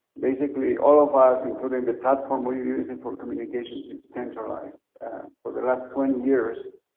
basically, all of us, including the platform we're using for communications is centralized for the last twenty years.